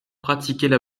pratiquaient